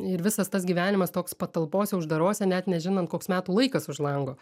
ir visas tas gyvenimas toks patalpose uždarose net nežinant koks metų laikas už lango